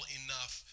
enough